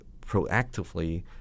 proactively